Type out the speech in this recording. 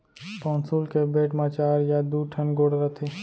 पौंसुल के बेंट म चार या दू ठन गोड़ रथे